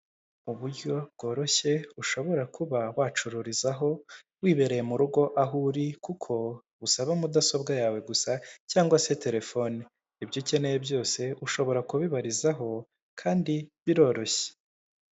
Uburyo bworoshye ushobora kuba wacururizaho wibereye mu rugo aho uri, kuko busaba mudasobwa yawe gusa cyangwa se telefone. Ibyo ukeneye byose ushobora kubibarizaho, kandi biroroshye.